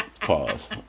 pause